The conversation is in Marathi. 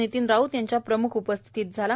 नितीन राऊत यांच्या प्रमुख उपस्थितीत झाला